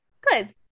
Good